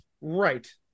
Right